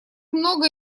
много